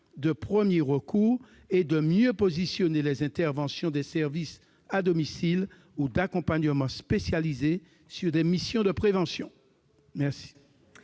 de premier recours et de mieux positionner les interventions des services à domicile ou d'accompagnement spécialisé sur des missions de prévention. Quel